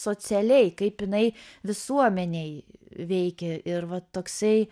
socialiai kaip jinai visuomenėj veikia ir va toksai